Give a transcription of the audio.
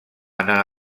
anar